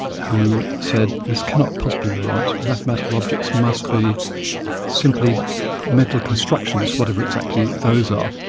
who said this cannot possibly be right, mathematical objects must be simply mental constructions, whatever exactly those are.